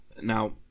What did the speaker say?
Now